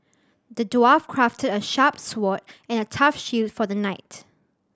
the dwarf crafted a sharp sword and a tough shield for the knight